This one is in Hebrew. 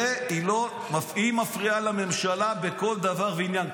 והיא מפריעה לממשלה בכל דבר ועניין.